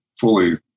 fully